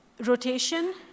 Rotation